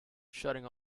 shutting